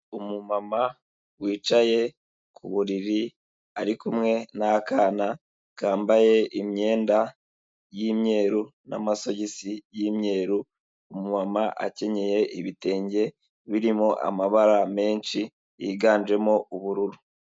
Umumama wicaye ku buriri ari kumwe n'akana kambaye imyenda y'imyeru n'amasogisi y'imye, umumama akenyeye ibitenge birimo amabara menshi yiganjemo ubururu.